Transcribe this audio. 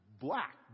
Black